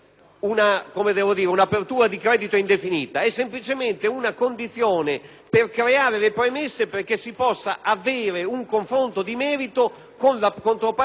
per creare le premesse affinché si possa avere un confronto di merito con la controparte libica, utile a tutelare le imprese italiane. Nessuno chiede che si paghi quello